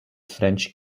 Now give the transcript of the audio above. french